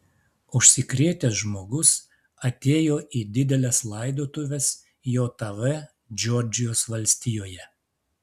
užsikrėtęs žmogus atėjo į dideles laidotuves jav džordžijos valstijoje